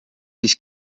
siis